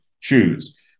choose